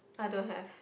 I don't have